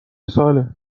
ساله